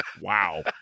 Wow